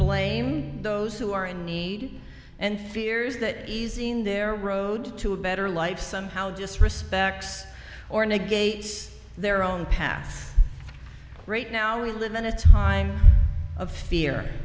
blame those who are in need and fears that easing their road to a better life somehow disrespects or negates their own path right now we live in a time of fear